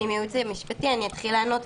אני מהייעוץ המשפטי, אני אתחיל לענות.